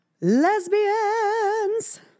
lesbians